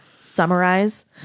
summarize